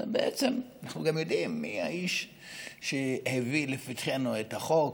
אנחנו גם יודעים מי האיש שהביא לפתחנו את החוק,